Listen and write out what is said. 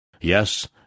Yes